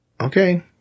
okay